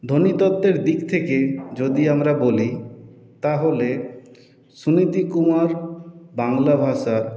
ধ্বনিতত্ত্বের দিক থেকে যদি আমরা বলি তাহলে সুনীতিকুমার বাংলা ভাষার